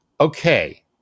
Okay